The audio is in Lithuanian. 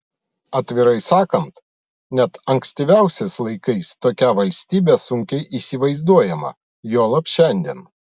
atvirai sakant net ankstyviausiais laikais tokia valstybė sunkiai įsivaizduojama juolab šiandien